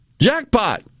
Jackpot